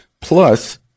Plus